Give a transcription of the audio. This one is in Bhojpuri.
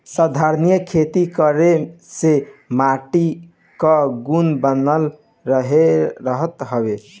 संधारनीय खेती करे से माटी कअ गुण बनल रहत हवे